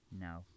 No